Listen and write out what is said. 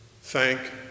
Thank